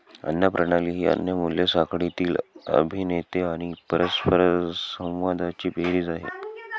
अन्न प्रणाली ही अन्न मूल्य साखळीतील अभिनेते आणि परस्परसंवादांची बेरीज आहे